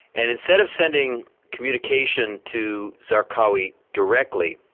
and instead of sending communication to zarqawi directly,